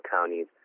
counties